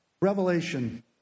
Revelation